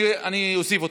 אני אוסיף אותך,